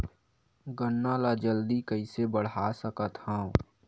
गन्ना ल जल्दी कइसे बढ़ा सकत हव?